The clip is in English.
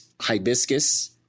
hibiscus